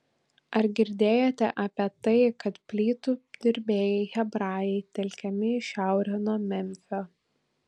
ar girdėjote apie tai kad plytų dirbėjai hebrajai telkiami į šiaurę nuo memfio